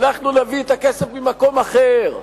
אנחנו נביא את הכסף ממקום אחר.